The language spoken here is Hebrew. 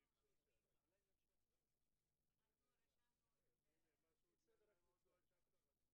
אלי אלאלוף (יו"ר ועדת העבודה,